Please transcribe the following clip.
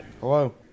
Hello